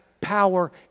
power